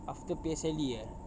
after P_S_L_E eh